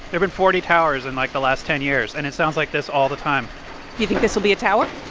there have been forty towers in, like, the last ten years. and it sounds like this all the time you think this will be a tower?